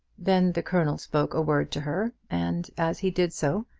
then the colonel spoke a word to her, and, as he did so,